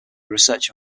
researcher